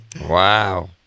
Wow